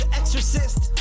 exorcist